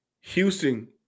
Houston